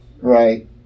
Right